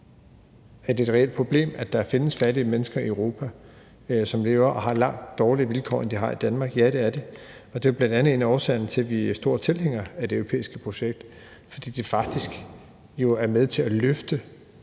Er det et reelt problem, at der findes fattige mennesker i Europa, som i øvrigt har langt dårligere vilkår, end de har i Danmark? Ja, det er det, og det er bl.a. en af årsagerne til, at vi er store tilhængere af det europæiske projekt, fordi det jo faktisk er med til at løfte